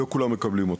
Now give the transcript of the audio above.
לא כולם מקבלים אותה,